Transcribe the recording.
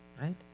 right